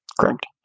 Correct